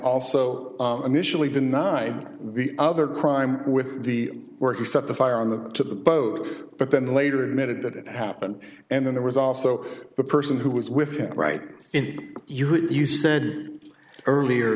also initially denied the other crime with the work who set the fire on the to the boat but then later admitted that it happened and then there was also the person who was with him right you who you said earlier